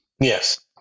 Yes